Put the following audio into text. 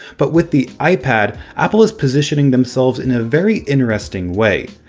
but with the ipad, apple is positioning themselves in a very interesting way.